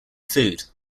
food